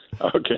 Okay